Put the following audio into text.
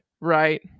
right